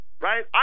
right